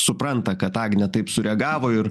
supranta kad agnė taip sureagavo ir